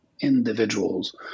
individuals